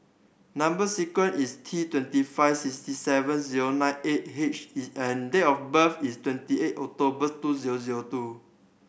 number sequence is T twenty five sixty seven zero nine eight H and date of birth is twenty eight October two zero zero two